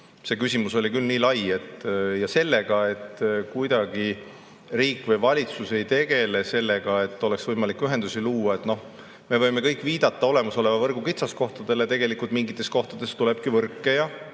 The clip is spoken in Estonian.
See küsimus oli küll nii lai. Ja see, et kuidagi riik või valitsus ei tegele sellega, et oleks võimalik ühendusi luua – no me võime kõik viidata olemasoleva võrgu kitsaskohtadele, aga tegelikult mingites kohtades tulebki võrke ja